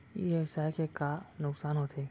ई व्यवसाय के का का नुक़सान होथे?